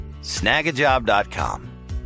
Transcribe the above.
Snagajob.com